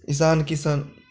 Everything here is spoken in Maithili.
ईसान किशन